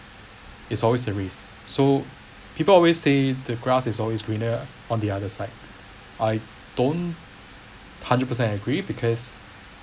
is always a risk so people always say the grass is always greener on the other side I don't hundred percent agree because